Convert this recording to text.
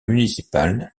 municipal